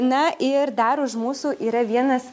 na ir dar už mūsų yra vienas